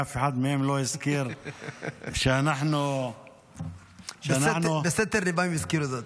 אף אחד מהם לא הזכיר שאנחנו --- בסתר ליבם הם הזכירו זאת.